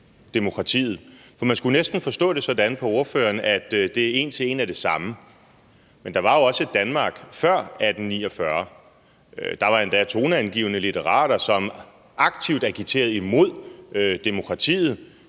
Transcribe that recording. for man kunne næsten forstå det sådan på ordføreren, at det en til en er det samme. Men der var jo også et Danmark før 1849. Der var endda toneangivende litterater, som aktivt agiterede imod demokratiet